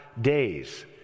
days